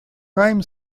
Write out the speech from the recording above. crime